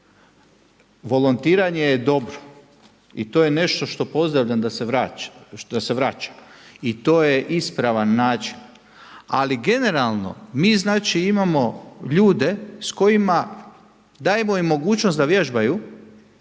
Volontiranje je dobro i to je nešto što pozdravljam da se vraća. I to je ispravan način. Ali generalno, mi znači imamo ljude s kojima, dajemo im mogućnost da vježbaju,